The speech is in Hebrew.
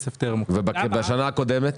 ובשנה הקודמת?